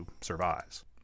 survives